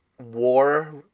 war